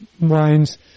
wines